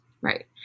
Right